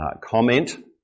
comment